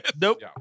Nope